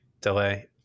delay